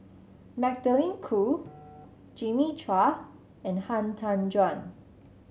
Magdalene Khoo Jimmy Chua and Han Tan Juan